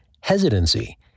hesitancy